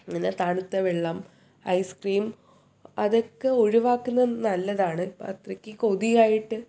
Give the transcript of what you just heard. ഇങ്ങനെ തണുത്ത വെള്ളം ഐസ്ക്രീം അതൊക്കെ ഒഴിവാക്കുന്നത് നല്ലതാണ് അത്രയ്ക്ക് കൊതിയായിട്ട്